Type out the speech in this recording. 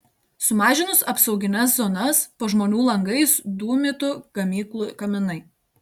sumažinus apsaugines zonas po žmonių langais dūmytų gamyklų kaminai